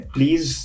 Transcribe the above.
Please